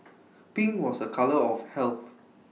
pink was A colour of health